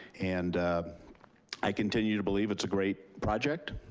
and i continue to believe it's great project.